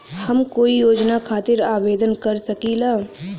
हम कोई योजना खातिर आवेदन कर सकीला?